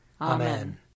Amen